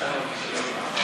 של סופי.